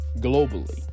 globally